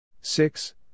six